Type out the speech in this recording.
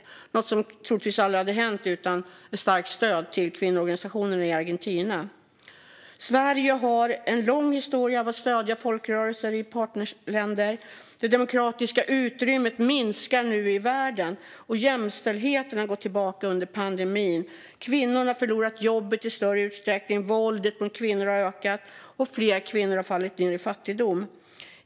Detta är något som troligtvis aldrig hade hänt utan ett starkt stöd till kvinnoorganisationer i Argentina. Sverige har en lång historia av att stödja folkrörelser i partnerländer. Det demokratiska utrymmet minskar nu i världen. Jämställdheten har gått tillbaka under pandemin. Kvinnor har förlorat jobbet i större utsträckning. Våldet mot kvinnor har ökat. Och fler kvinnor har fallit ned i fattigdom.